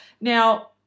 Now